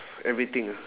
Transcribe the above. everything ah